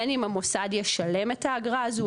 בין המוסד יישלם את האגרה הזו,